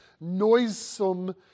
noisome